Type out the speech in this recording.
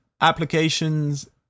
applications